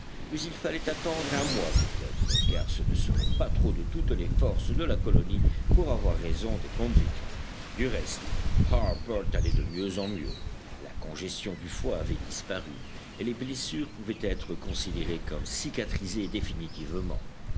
mais il fallait attendre un mois peut-être car ce ne serait pas trop de toutes les forces de la colonie pour avoir raison des convicts du reste harbert allait de mieux en mieux la congestion du foie avait disparu et les blessures pouvaient être considérées comme cicatrisées définitivement